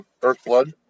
earthblood